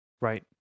right